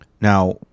Now